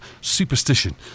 Superstition